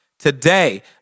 Today